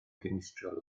dinistriol